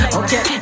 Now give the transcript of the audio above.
okay